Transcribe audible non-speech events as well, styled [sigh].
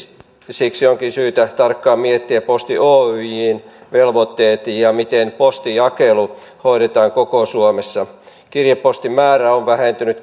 siksi onkin syytä tarkkaan miettiä posti oyjn velvoitteet ja miten postinjakelu hoidetaan koko suomessa kirjepostin määrä on vähentynyt [unintelligible]